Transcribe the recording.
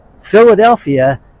Philadelphia